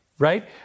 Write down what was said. Right